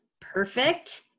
perfect